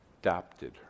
adopted